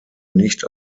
nicht